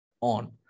on